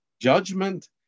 judgment